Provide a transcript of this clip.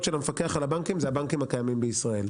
של המפקח על הבנקים זה הבנקים הקיימים בישראל.